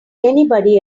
anybody